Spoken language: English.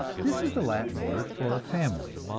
this is the latin word for family,